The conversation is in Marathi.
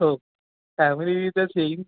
हो फॅमिलीतच येईन